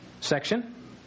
section